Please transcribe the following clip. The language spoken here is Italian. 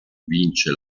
vince